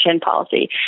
policy